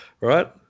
right